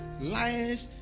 lies